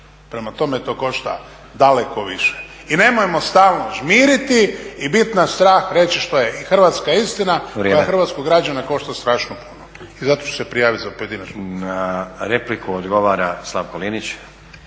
Prema tome to košta daleko više. I nemojmo stalno žmiriti i bit nas strah reći što je hrvatska istina koja hrvatskog građana košta strašno puno i zato ću se prijavit za pojedinačnu.